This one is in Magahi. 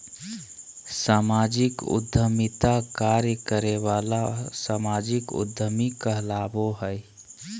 सामाजिक उद्यमिता कार्य करे वाला सामाजिक उद्यमी कहलाबो हइ